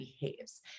behaves